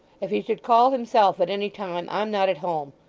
if he should call himself at any time, i'm not at home.